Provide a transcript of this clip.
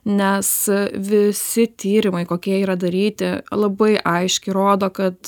nes visi tyrimai kokie yra daryti labai aiškiai rodo kad